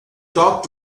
talk